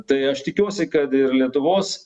tai aš tikiuosi kad ir lietuvos